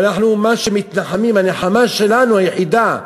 והנחמה שלנו היחידה,